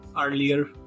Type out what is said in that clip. earlier